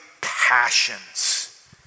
passions